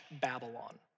Babylon